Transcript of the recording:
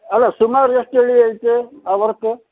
ಅಲ್ಲ ಸುಮಾರು ಎಷ್ಟು ಅಡಿ ಐತೆ ಆ ವರ್ಕು